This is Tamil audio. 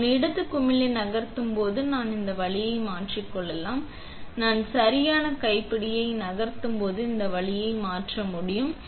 எனவே நான் இடது குமிழியை நகர்த்தும்போது நான் இந்த வழியை மாற்றிக் கொள்ளலாம் நான் சரியான கைப்பிடியை நகர்த்தும்போது இந்த வழியை மாற்ற முடியும்